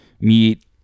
meet